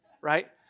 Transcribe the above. right